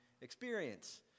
experience